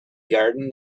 garden